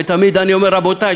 ותמיד אני אומר: רבותי,